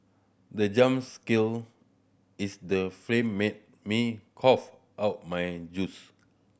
the jump skill is the film made me cough out my juice